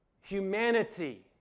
humanity